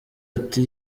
ati